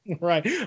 right